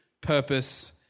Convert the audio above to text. purpose